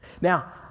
Now